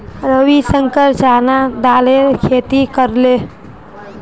रविशंकर चना दालेर खेती करले